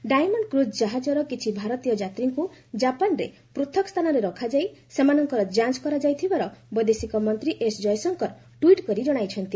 diamond cruise ଜାହାଜର କିଛି ଭାରତୀୟ ଯାତ୍ରୀଙ୍କୁ ଜାପାନ୍ରେ ପୂଥକ୍ ସ୍ଥାନରେ ରଖାଯାଇ ସେମାନଙ୍କର ଯାଞ୍ କରାଯାଇଥିବାର ବୈଦେଶିକ ମନ୍ତ୍ରୀ ଏସ୍ ଜୟଶଙ୍କର ଟ୍ୱିଟ୍ କରି ଜଣାଇଛନ୍ତି